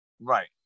right